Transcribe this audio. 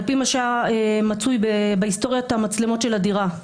על פי מה שמצוי בהיסטוריית המצלמות של הדירה.